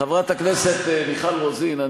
חברת הכנסת מיכל רוזין,